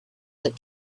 that